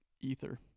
ether